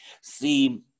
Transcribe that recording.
See